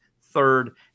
third